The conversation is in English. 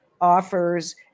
offers